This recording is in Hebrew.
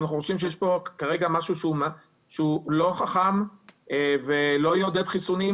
אנחנו חושבים שיש פה כרגע משהו שהוא לא חכם ולא יעודד חיסונים,